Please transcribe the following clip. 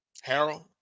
Harold